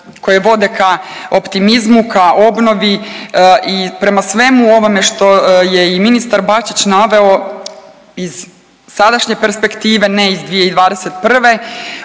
koje vode ka optimizmu, ka obnovi i prema svemu ovome što je i ministar Bačić naveo iz sadašnje perspektive, ne iz 2021.